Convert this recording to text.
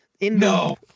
No